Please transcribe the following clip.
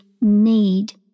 need